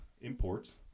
imports